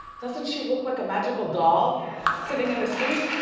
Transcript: doesn't she look like a magical doll sitting in the seat.